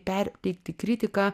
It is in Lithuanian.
perteikti kritiką